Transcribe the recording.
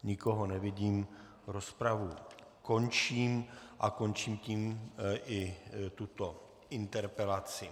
Nikoho nevidím, rozpravu končím a končím tím i tuto interpelaci.